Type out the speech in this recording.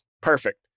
perfect